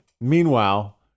Meanwhile